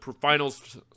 finals